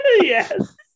Yes